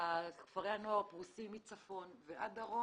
כפרי הנוער פרוסים מצפון ועד דרום